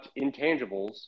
intangibles